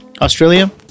Australia